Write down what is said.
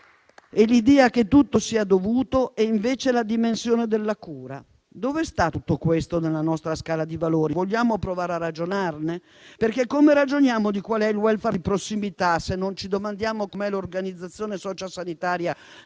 e l'idea che tutto sia dovuto è invece la dimensione della cura. Dove sta tutto questo nella nostra scala di valori? Vogliamo provare a ragionarne? Come ragioniamo su quale sia il *welfare* di prossimità, se non ci domandiamo com'è l'organizzazione sociosanitaria